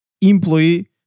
employee